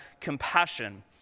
compassion